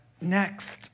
next